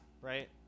right